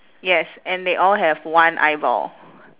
yes and they all have one eyeball